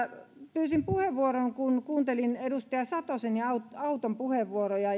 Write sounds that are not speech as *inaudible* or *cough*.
pyysin puheenvuoron kun kuuntelin edustaja satosen ja auton puheenvuoroja *unintelligible*